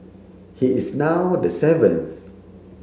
he is now the seventh